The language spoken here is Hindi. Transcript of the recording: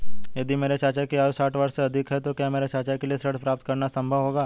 यदि मेरे चाचा की आयु साठ वर्ष से अधिक है तो क्या मेरे चाचा के लिए ऋण प्राप्त करना संभव होगा?